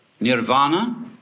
nirvana